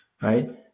right